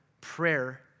prayer